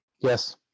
Yes